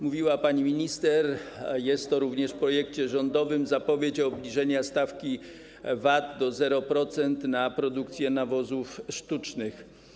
Mówiła o tym pani minister, jest to również w projekcie rządowym: zapowiedź obniżenia stawki VAT do 0% na produkcję nawozów sztucznych.